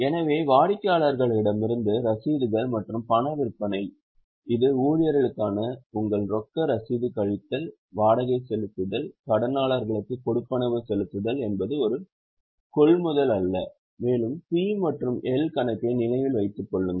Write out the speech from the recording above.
எனவே வாடிக்கையாளர்களிடமிருந்து ரசீதுகள் மற்றும் பண விற்பனை இது ஊழியர்களுக்கான உங்கள் ரொக்க ரசீது கழித்தல் வாடகை செலுத்துதல் கடனாளர்களுக்கு கொடுப்பனவு செலுத்துதல் என்பது ஒரு கொள்முதல் அல்ல மேலும் P மற்றும் L கணக்கை நினைவில் வைத்துக் கொள்ளுங்கள்